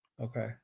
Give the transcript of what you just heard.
Okay